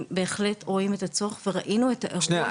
הם בהחלט רואים את הצורך וראינו את ההיערכות